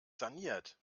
saniert